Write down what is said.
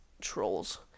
trolls